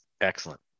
excellent